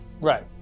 Right